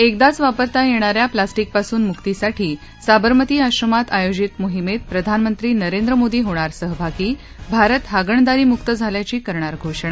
एकदाच वापरता येणाऱ्या प्लास्टीकपासून मुक्तीसाठी साबरमती आश्रमात आयोजित मोहिमेत प्रधानमंत्री नरेंद्र मोदी होणार सहभागी भारत हागणदारीमुक्त झाल्याची करणार घोषणा